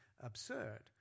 absurd